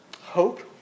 hope